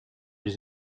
des